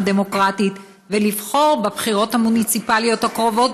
הדמוקרטית ולבחור בבחירות המוניציפליות הקרובות,